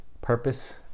purpose